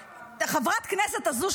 חברת הכנסת הזאת,